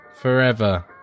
forever